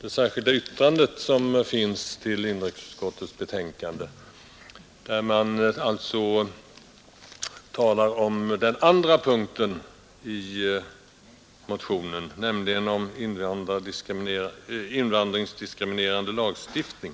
det särskilda yttrande som har fogats till inrikesutskottets betänkande. Där talar man om den andra punkten i motionen, som rör invandrardiskriminerande lagstiftning.